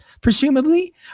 presumably